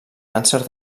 càncer